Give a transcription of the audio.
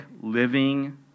living